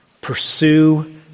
pursue